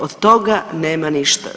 Od toga nema ništa.